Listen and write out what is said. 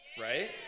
Right